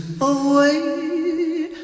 away